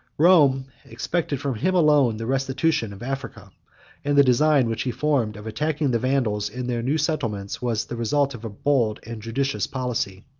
rome expected from him alone the restitution of africa and the design, which he formed, of attacking the vandals in their new settlements, was the result of bold and judicious policy.